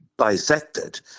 bisected